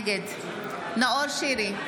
נגד נאור שירי,